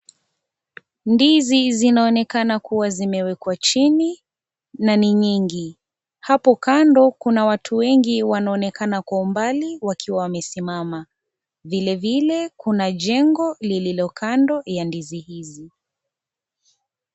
Ndizi zinaonekana kuwa zimewekwa chini na ni nyingi, hapo kando kuna watu wengi wanaonekana kwa umbali wakiwa wamesimama vile vile kuna jengo lililo kando ya ndizi hizi.